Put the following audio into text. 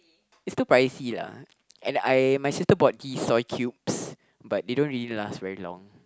it's too pricey lah and I my sister bought tea soil cubes but they don't really last very long